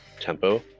tempo